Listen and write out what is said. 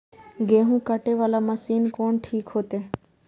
गेहूं कटे वाला मशीन कोन ठीक होते?